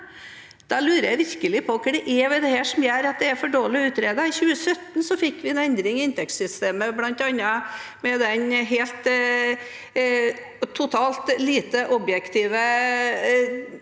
Da lurer jeg virkelig på hva det er med dette som gjør at det er for dårlig utredet. I 2017 fikk vi en endring i inntektssystemet, bl.a. med det totalt lite objektive